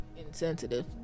Insensitive